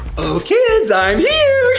oh kids, i'm here!